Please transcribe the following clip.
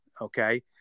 Okay